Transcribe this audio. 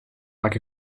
like